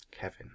Kevin